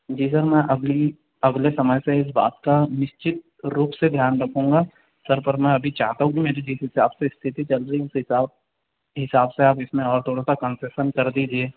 जी sir मैं अभी अगले समय से इस बात का निश्चित रूप से ध्यान रखूँगा सर पर मैं अभी चाहता हूँ कि मेरी जिस हिसाब से स्थिती चल रही है उस हिसाब हिसाब से आप इसमें और थोड़ा सा कन्सेशन कर दीजिए